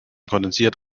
kondensiert